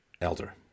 elder